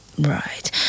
Right